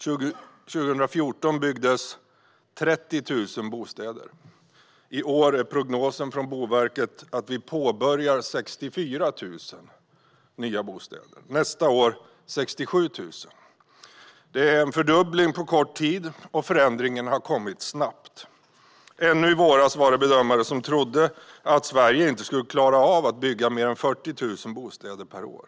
År 2014 byggdes 30 000 bostäder. I år är prognosen från Boverket att vi kommer att påbörja 64 000 nya bostäder, och nästa år blir det 67 000. Det är en fördubbling på kort tid, och förändringen har kommit snabbt. Ännu i våras var det bedömare som trodde att Sverige inte kunde klara av att bygga fler än 40 000 bostäder per år.